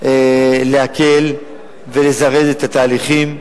להקל ולזרז את התהליכים,